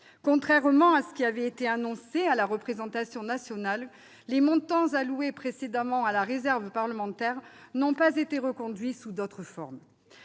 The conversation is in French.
Contrairement à ce qui avait été annoncé à la représentation nationale, les montants alloués précédemment à la réserve parlementaire n'ont pas été reconduits sous d'autres formes.